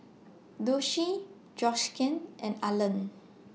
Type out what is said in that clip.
Doshie Georgiann and Arland